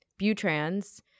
butrans